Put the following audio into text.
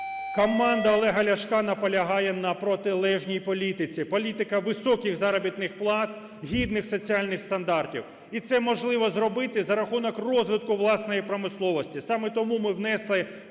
Команда Олега Ляшка наполягає на протилежній політиці – політиці високих заробітних плат, гідних соціальних стандартів. І це можливо зробити за рахунок розвитку власної промисловості. Саме тому ми внесли